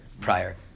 Prior